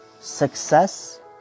Success